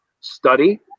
study